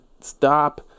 stop